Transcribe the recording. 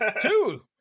Two